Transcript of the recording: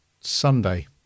Sunday